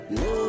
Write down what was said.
no